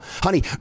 Honey